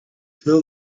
fill